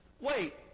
Wait